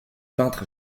peintre